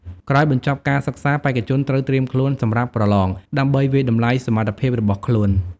ក្រោយបញ្ចប់ការសិក្សា បេក្ខជនត្រូវត្រៀមខ្លួនសម្រាប់ប្រឡង ដើម្បីវាយតម្លៃសមត្ថភាពរបស់ខ្លួន។